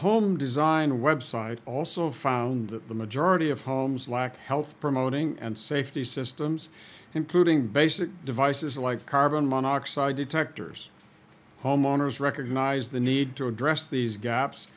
design website also found that the majority of homes lack health promoting and safety systems including basic devices like carbon monoxide detectors homeowners recognize the need to address these gaps